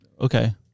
Okay